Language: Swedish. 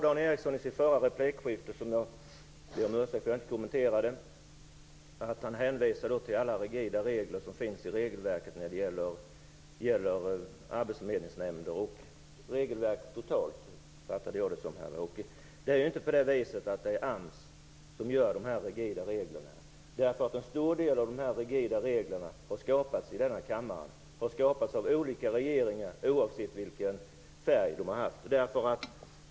Dan Ericsson hänvisade i förra replikskiftet till alla rigida regler i regelverket när det gäller arbetsförmedlingsnämnder och över huvud taget, som jag förstod det. Jag ber om ursäkt för att jag inte kommenterade det. Det är ju inte AMS som skapar dessa rigida regler. En stor del av dessa rigida regler har skapats i denna kammare. De har skapats av olika regeringar, oavsett färg.